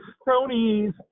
cronies